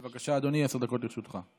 בבקשה, אדוני, עשר דקות לרשותך.